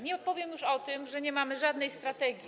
Nie powiem już o tym, że nie mamy żadnej strategii.